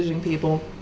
people